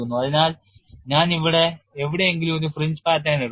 അതിനാൽ ഞാൻ ഇവിടെ എവിടെയെങ്കിലും ഒരു ഫ്രിഞ്ച് പാറ്റേൺ എടുക്കും